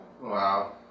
Wow